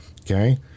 Okay